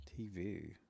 TV